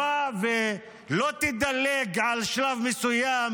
ואליד אלהואשלה,